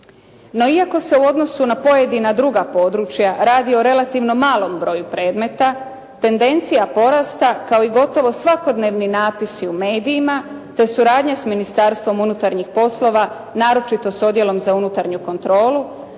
No iako se u odnosu na pojedina druga područja radi o relativno malom broju predmeta, tendencija porasta kao i gotovo svakodnevni napisi u medijima te suradnja s Ministarstvom unutarnjih poslova naročito s Odjelom za unutarnju kontrolu,